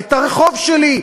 את הרחוב שלי,